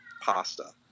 pasta